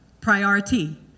Priority